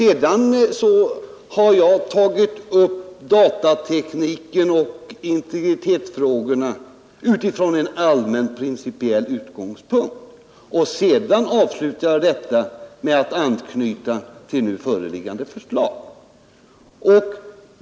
Jag har tagit upp datatekniken och integritetsfrågorna utifrån en allmän principiell utgångspunkt. Jag avslutade detta med att anknyta till nu föreliggande förslag.